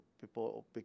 people